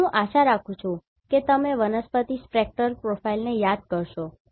હું આશા રાખું છું કે તમે વનસ્પતિ સ્પેક્ટ્રલ પ્રોફાઇલને યાદ કરશો